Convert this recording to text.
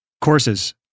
Courses